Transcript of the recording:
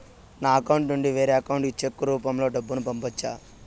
నా అకౌంట్ నుండి వేరే అకౌంట్ కి చెక్కు రూపం లో డబ్బును పంపొచ్చా?